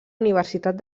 universitat